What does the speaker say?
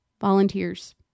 volunteers